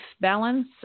balance